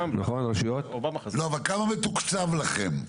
אבל כמה מתוקצב לכם?